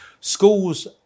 Schools